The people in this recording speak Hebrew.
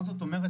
מה זאת אומרת?